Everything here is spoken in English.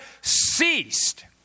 ceased